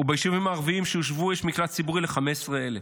וביישובים הערביים שהושוו יש מקלט ציבורי ל-15,000.